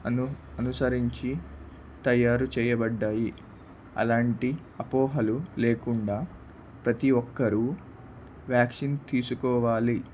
అను అనుసరించి తయారు చేయబడినాయి అలాంటి అపోహలు లేకుండా ప్రతి ఒక్కరు వ్యాక్సిన్ తీసుకోవాలి